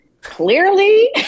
Clearly